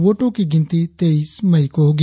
वोटों की गिनती तेईस मई को होगी